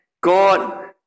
God